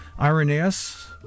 Irenaeus